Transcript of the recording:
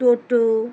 টোটো